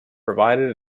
provided